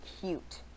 cute